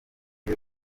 uyu